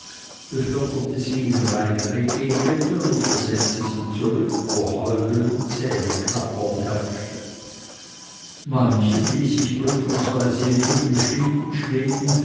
beförderte sie in reinere gegenden oder setzte sie zurück wo heulen und zähneklappen herrschte manchen ließ ich prüfungsweise im unbestimmten schweben